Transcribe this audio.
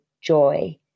joy